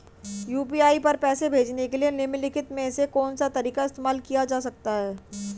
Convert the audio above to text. UPI पर पैसे भेजने के लिए निम्नलिखित में से कौन सा तरीका इस्तेमाल किया जा सकता है?